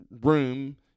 room